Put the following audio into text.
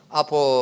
apo